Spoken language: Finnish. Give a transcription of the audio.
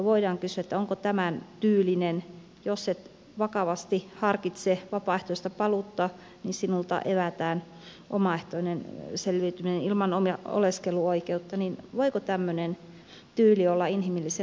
voidaan kysyä voiko tämmöinen tyyli jos et vakavasti harkitse vapaaehtoista paluuta niin sinulta evätään omaehtoinen selviytyminen ilman oleskeluoikeutta olla inhimillisen pakolaispolitiikan väline